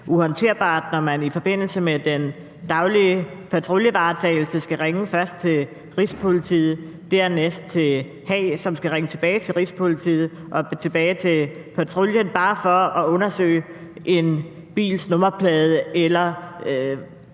uhåndterbart, når man i forbindelse med den daglige patruljevaretagelse først skal ringe til Rigspolitiet, som dernæst skal ringe til Haag, som skal ringe tilbage til Rigspolitiet, der skal ringe tilbage til patruljen, bare for at undersøge en bils nummerplade eller